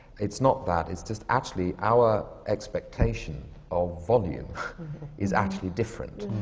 it's not that. it's just, actually, our expectation of volume is actually different.